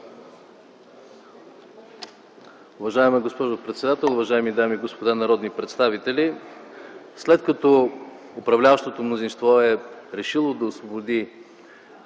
Уважаема госпожо председател, уважаеми дами и господа народни представители! След като управляващото мнозинство е решило да освободи